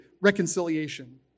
reconciliation